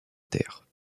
terre